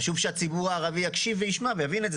חשוב שהציבור הערבי יקשיב וישמע ויבין את זה,